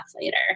later